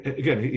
again